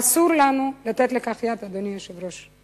ואסור לנו לתת לכך יד, אדוני היושב-ראש.